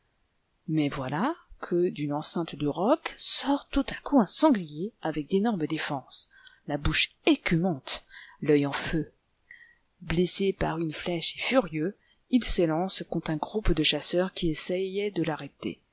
mais voilà que d'une enceinte de rocs sort tout à coup un sanglier avec dénormes défenses la bouche écumante l'œil en feu blessé par une flèche et furieux il s'élance contre un groupe de chasseurs qui essayaient de l'arrêter